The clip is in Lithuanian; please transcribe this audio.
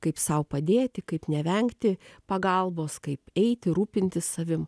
kaip sau padėti kaip nevengti pagalbos kaip eiti rūpintis savim